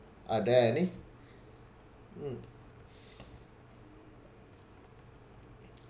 are there any mm